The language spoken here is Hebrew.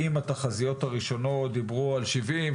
אם התחזיות הראשונות דיברו על 70,